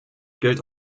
gilt